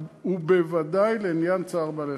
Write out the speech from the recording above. ובוודאי לעניין צער בעלי-חיים.